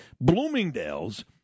Bloomingdale's